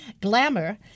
glamour